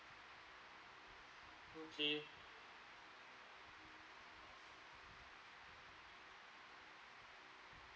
okay